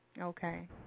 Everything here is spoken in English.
Okay